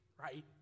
right